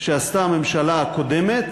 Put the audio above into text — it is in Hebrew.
מה שעשתה הממשלה הקודמת,